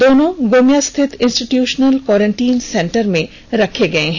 दोनों गोमिया स्थित institutional quarantine centre में रखे गए हैं